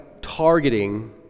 targeting